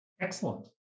Excellent